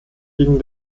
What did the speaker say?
gegen